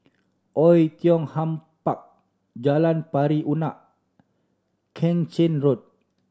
Oei Tiong Ham Park Jalan Pari Unak Keng Chin Road